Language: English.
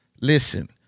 Listen